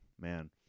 man